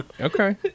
Okay